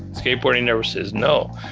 skateboarding never says no.